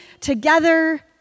together